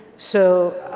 so.